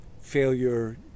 failure